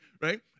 right